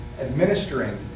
administering